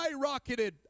skyrocketed